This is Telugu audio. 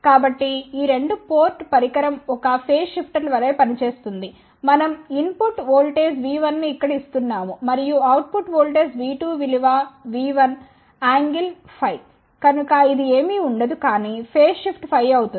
కాబట్టి ఈ 2 పోర్ట్ పరికరం ఒక ఫేజ్ షిఫ్టర్ వలె పనిచేయగలదు మనంఇన్పుట్ ఓల్టేజ్ V1 ను ఇక్కడ ఇస్తున్నాము మరియు అవుట్ పుట్ ఓల్టేజ్ V2 విలువ V1 యాంగిల్ φ కనుక ఇది ఏమీ ఉండదు కానీ ఫేస్ షిఫ్ట్ φ అవుతుంది